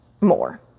more